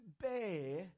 bear